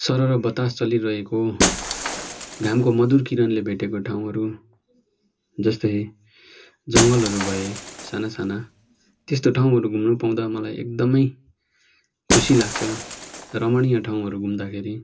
सरर बतास चलिरहेको घामको मधुर किरणले भेटेको ठाउँहरू जस्तै जङ्गलहरू भए साना साना त्यस्तो ठाउँहरू घुम्नु पाउँदा मलाई एकदमै खुसी लाग्छ रमणीय ठाउँहरू घुम्दाखेरि